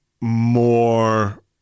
more